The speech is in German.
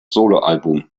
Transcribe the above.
soloalbum